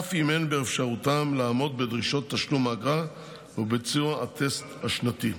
אף אם אין באפשרותן לעמוד בדרישות תשלום האגרה וביצוע הטסט השנתי.